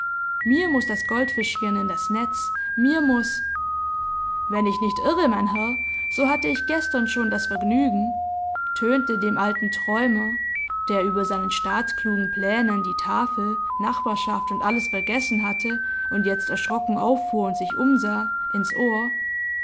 mir muß das goldfischchen in das netz mir muß wenn ich nicht irre mein herr so hatte ich gestern schon das vergnügen tönte dem alten träumer der über seinen staatsklugen plänen die tafel nachbarschaft und alles vergessen hatte und jetzt erschrocken auffuhr und sich umsah ins ohr es